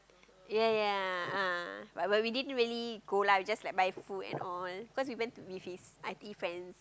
ya ya ah but we didn't really go lah we just like buy food and all cause we went to with his I_T friends